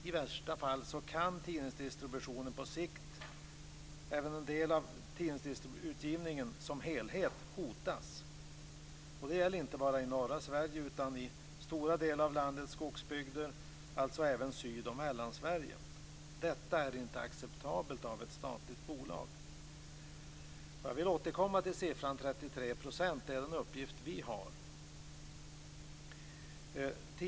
I värsta fall kan tidningsdistributionen på sikt och en del av tidningsutgivningen som helhet hotas. Det gäller inte bara i norra Sverige utan i stora delar av landets skogsbygder, alltså även i Syd och Mellansverige. Detta är inte acceptabelt av ett statligt bolag. Jag vill återkomma till siffran 33 %. Det är den uppgift vi har.